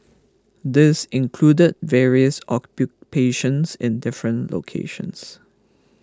this included various occupations in different locations